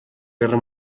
guerra